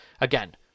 Again